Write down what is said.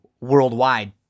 worldwide